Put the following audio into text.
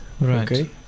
Right